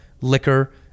Liquor